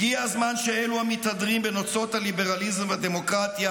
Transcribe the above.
הגיע הזמן שאלו המתהדרים בנוצות הליברליזם והדמוקרטיה